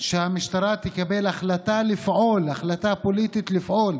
שהמשטרה תקבל החלטה לפעול, החלטה פוליטית לפעול,